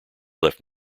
left